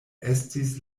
estis